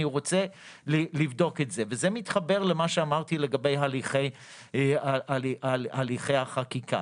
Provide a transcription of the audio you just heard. רוצה לבדוק את זה וזה מתחבר למה שאמרתי לגבי הליכי החקיקה.